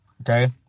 okay